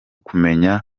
kumenya